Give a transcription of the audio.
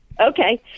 Okay